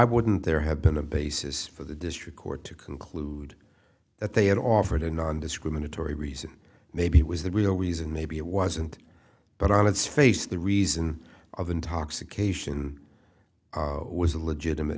wouldn't there have been a basis for the district court to conclude that they had offered a nondiscriminatory reason maybe it was that we always and maybe it wasn't but on its face the reason of intoxication was a legitimate